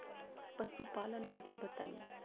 पशुपालन विधि बताई?